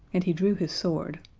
and he drew his sword.